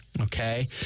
okay